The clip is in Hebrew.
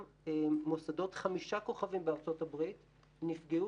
גם מוסדות חמישה כוכבים בארצות הברית נפגעו